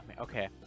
Okay